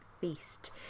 feast